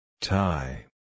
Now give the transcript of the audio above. Tie